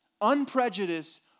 unprejudiced